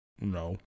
No